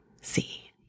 See